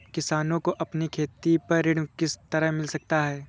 किसानों को अपनी खेती पर ऋण किस तरह मिल सकता है?